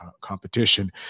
competition